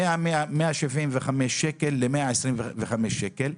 מ-175 שקל ל-125 שקל.